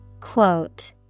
Quote